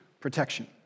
protection